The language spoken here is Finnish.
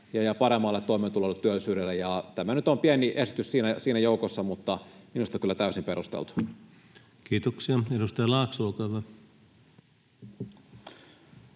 paremmalle toimeentulolle, työllisyydelle. Tämä nyt on pieni esitys siinä joukossa, mutta minusta kyllä täysin perusteltu. Kiitoksia. — Edustaja Laakso, olkaa hyvä.